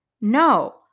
No